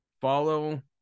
follow